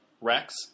Rex